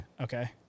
Okay